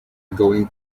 going